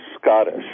Scottish